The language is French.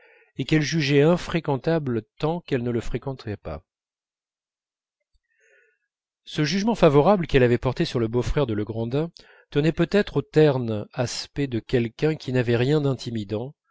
et qu'elle jugeait infréquentable tant qu'elle ne le fréquentait pas ce jugement favorable qu'elle avait porté sur le beau-frère de legrandin tenait peut-être au terne aspect de quelqu'un qui n'avait rien d'intimidant